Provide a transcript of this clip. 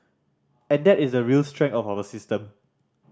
and that is a real strength of our system